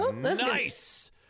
nice